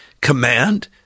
command